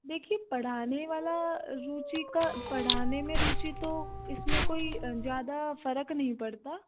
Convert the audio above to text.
देखिए पढ़ाने वाला रुचि का पढ़ाने में रुचि तो इसमें कोई ज़्यादा फ़र्क नहीं पड़ता